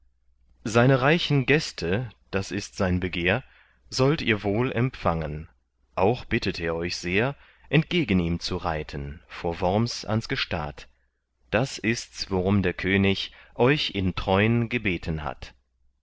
seine reichen gäste das ist sein begehr sollt ihr wohl empfangen auch bittet er euch sehr entgegen ihm zu reiten vor worms ans gestad das ists warum der könig euch in treun gebeten hat